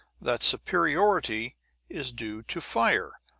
that superiority is due to fire,